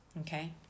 Okay